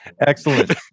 Excellent